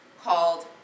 called